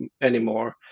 anymore